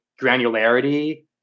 granularity